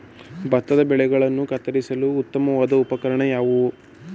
ಭತ್ತದ ಬೆಳೆಗಳನ್ನು ಕತ್ತರಿಸಲು ಉತ್ತಮವಾದ ಉಪಕರಣ ಯಾವುದು?